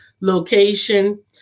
location